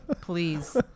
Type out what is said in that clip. please